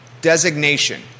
designation